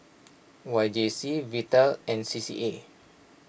Y J C Vital and C C A